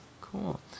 Cool